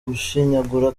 gushyingura